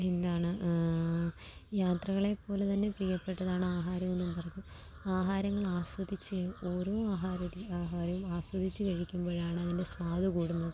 എന്താണ് യാത്രകളെപോലെ തന്നെ പ്രിയപ്പെട്ടതാണ് ആഹാരോം എന്ന് പറഞ്ഞു ആഹാരങ്ങൾ ആസ്വദിച്ചു ഓരോ ആഹാരവും ആഹാരവും ആസ്വദിച്ചു കഴിക്കുമ്പോഴാണ് അതിൻ്റെ സ്വാദ് കൂടുന്നത്